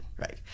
right